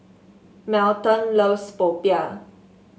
Melton loves popiah